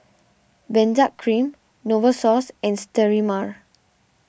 Benzac Cream Novosource and Sterimar